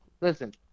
Listen